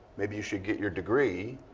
maybe you should get your degree,